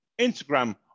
Instagram